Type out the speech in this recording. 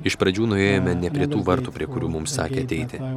iš pradžių nuėjome ne prie tų vartų prie kurių mums sakė ateiti